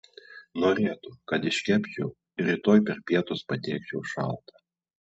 norėtų kad iškepčiau ir rytoj per pietus patiekčiau šaltą